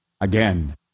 again